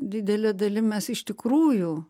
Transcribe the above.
didele dalim mes iš tikrųjų